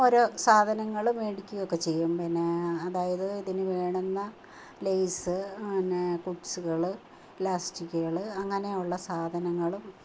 ഓരോ സാധനങ്ങൾ മേടിക്കുകയൊക്കെ ചെയ്യും പിന്നെ അതായത് ഇതിനു വേണ്ടുന്ന ലെയ്സ് പിന്നെ ഹുക്സുകൾ ഇലാസ്റ്റികുകൾ അങ്ങനെയുള്ള സാധനങ്ങളും